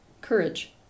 courage